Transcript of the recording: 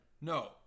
No